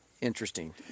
interesting